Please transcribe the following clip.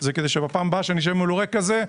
כדי שבפעם הבאה שאשב מול הורה כזה,